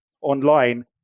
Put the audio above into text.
online